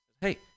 Hey